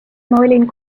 olin